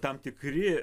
tam tikri